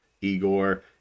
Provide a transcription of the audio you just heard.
Igor